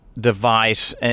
device